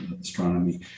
astronomy